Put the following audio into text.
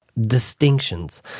distinctions